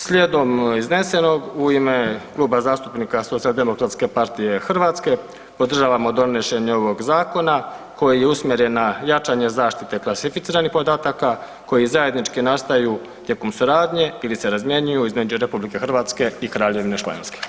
Slijedom iznesenog, u ime Kluba zastupnika Socijaldemokratske partije Hrvatske podržavamo donošenje ovog zakona koji je usmjeren na jačanje zaštite klasificiranih podataka koji zajednički nastaju tijekom suradnje ili se razmjenjuju između RH i Kraljevine Španjolske.